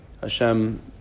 Hashem